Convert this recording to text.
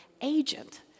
agent